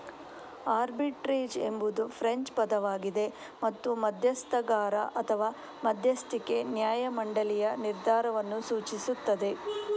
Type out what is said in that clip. arbitrage ಎಂಬುದು French ಪದವಾಗಿದೆ ಮತ್ತು ಮಧ್ಯಸ್ಥಗಾರ ಅಥವಾ ಮಧ್ಯಸ್ಥಿಕೆ ನ್ಯಾಯ ಮಂಡಳಿಯ ನಿರ್ಧಾರವನ್ನು ಸೂಚಿಸುತ್ತದೆ